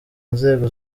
nzego